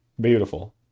beautiful